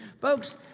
Folks